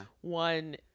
One